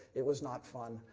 it was not fun.